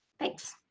thanks.